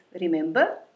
remember